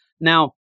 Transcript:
Now